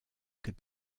could